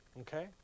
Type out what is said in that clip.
Okay